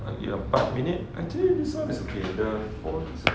empat minit I think this [one] is created for